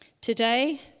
today